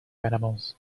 animals